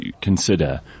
consider